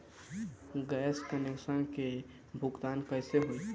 Gas connection के भुगतान कैसे होइ?